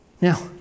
Now